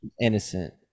innocent